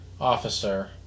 officer